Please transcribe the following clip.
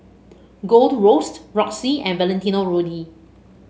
Gold Roast Roxy and Valentino Rudy